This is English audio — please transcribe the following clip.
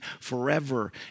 forever